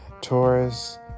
Taurus